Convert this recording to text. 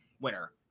winner